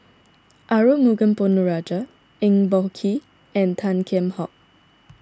Arumugam Ponnu Rajah Eng Boh Kee and Tan Kheam Hock